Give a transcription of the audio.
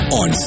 on